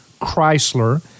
Chrysler